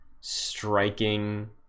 striking